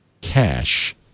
cash